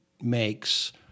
makes